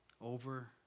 over